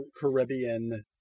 Caribbean